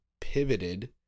pivoted